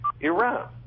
Iran